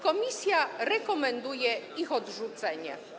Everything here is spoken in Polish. Komisja rekomenduje ich odrzucenie.